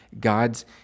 God's